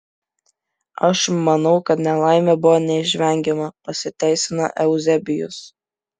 aš manau kad nelaimė buvo neišvengiama pasiteisino euzebijus